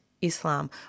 Islam